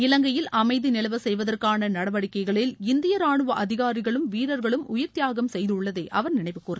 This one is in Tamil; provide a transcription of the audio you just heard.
இலங்கையில் அமைதி நிலவச் செய்வதற்காக நடவடிக்கைகளில் இந்திய ராணுவ அதிகாரிகளும் வீரர்களும் உயிர்த்தியாகம் செய்துள்ளதை அவர் நினைவு கூர்ந்தார்